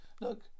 Look